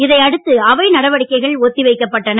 இதையடுத்து அவை நடவடிக்கைகள் ஒத்திவைக்கப் பட்டன